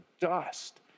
dust